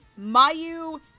Mayu